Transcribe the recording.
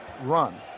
run